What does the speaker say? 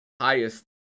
highest